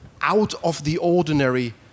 out-of-the-ordinary